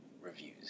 reviews